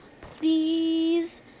please